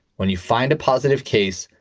when you find a positive case,